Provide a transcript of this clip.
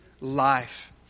life